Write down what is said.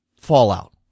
fallout